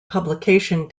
publication